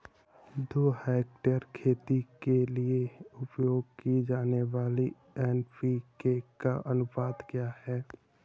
दो हेक्टेयर खेती के लिए उपयोग की जाने वाली एन.पी.के का अनुपात क्या है?